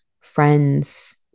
friends